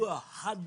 השיפוע חד מדי,